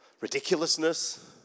Ridiculousness